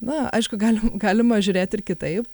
na aišku galim galima žiūrėt ir kitaip